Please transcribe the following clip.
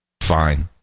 fine